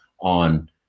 on